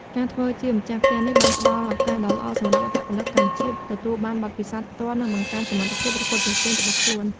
ការធ្វើជាម្ចាស់ផ្ទះនេះបានផ្ដល់ឱកាសដ៏ល្អសម្រាប់អត្តពលិកកម្ពុជាទទួលបានបទពិសោធន៍ផ្ទាល់ និងបង្កើនសមត្ថភាពប្រកួតប្រជែងរបស់ខ្លួន។